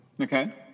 Okay